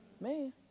Man